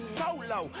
solo